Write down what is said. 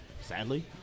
Sadly